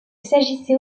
s’agissait